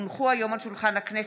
הונחו היום על שולחן הכנסת,